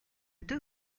deux